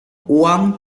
uang